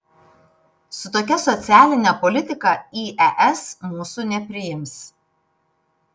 su tokia socialine politika į es mūsų nepriims